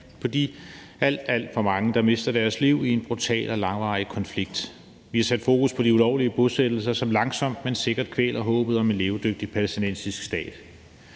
alt, alt for mange, der mister deres liv i en brutal og langvarig konflikt. Vi har sat fokus på de ulovlige bosættelser, som langsomt, men sikkert kvæler håbet om en levedygtig palæstinensisk stat.